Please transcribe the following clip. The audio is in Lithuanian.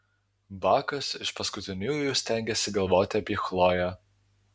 bakas iš paskutiniųjų stengėsi galvoti apie chloję